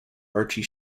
archie